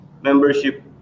membership